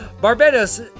Barbados